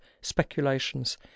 speculations